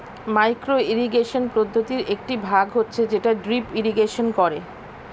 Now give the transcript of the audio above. micro irrigation পদ্ধতির একটি ভাগ হচ্ছে যেটা ড্রিপ ইরিগেশন করে